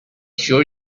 sure